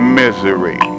misery